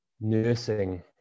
nursing